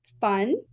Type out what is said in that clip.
fun